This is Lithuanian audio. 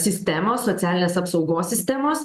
sistemos socialinės apsaugos sistemos